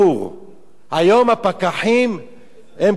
היום הפקחים הם כמו ציידים,